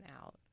out